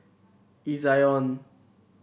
Ezion